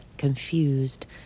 confused